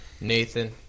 Nathan